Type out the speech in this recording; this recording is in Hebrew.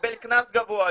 קיבל קנס גבוה,